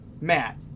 Matt